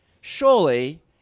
Surely